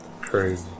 Crazy